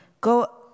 go